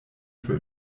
für